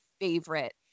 favorite